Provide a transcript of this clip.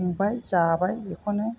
संबाय जाबाय बेखौनो